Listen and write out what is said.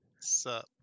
Sup